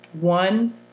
One